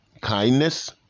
kindness